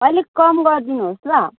अलिक कम गरिदिनु होस् ल